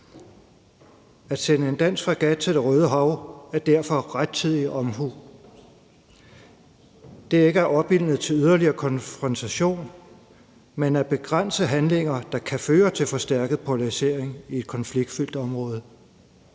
at sende en dansk fregat til Det Røde Hav. Det er ikke at opildne til yderligere konfrontation, men at begrænse handlinger, der kan føre til forstærket polarisering i et konfliktfyldt område.